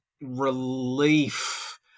relief